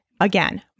Again